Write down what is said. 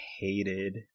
hated